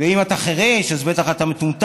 ואם אתה חירש אז בטח אתה מטומטם,